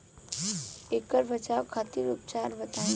ऐकर बचाव खातिर उपचार बताई?